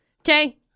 Okay